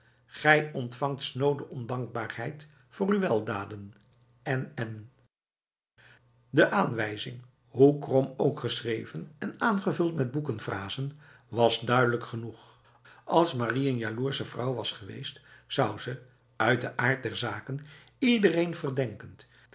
gij ontvangt snode ondankbaarheid voor uw weldaden nn de aanwijzing hoe krom ook geschreven en aangevuld met boekenfrasen was duidelijk genoeg als marie een jaloerse vrouw was geweest zou ze uit den aard der zaak iedereen